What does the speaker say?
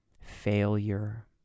failure